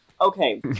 okay